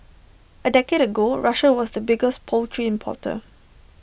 A decade ago Russia was the biggest poultry importer